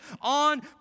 on